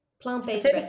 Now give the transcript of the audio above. Plant-based